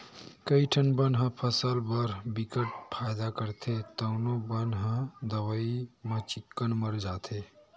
कइठन बन ह फसल बर बिकट फायदा करथे तउनो बन ह दवई म चिक्कन मर जाथे